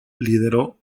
lideró